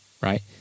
right